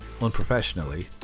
unprofessionally